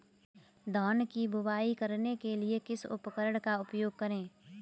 धान की बुवाई करने के लिए किस उपकरण का उपयोग करें?